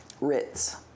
Ritz